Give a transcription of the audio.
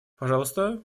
пожалуйста